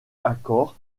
accord